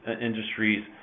industries